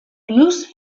plus